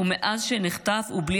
ומאז נחטף הוא בלי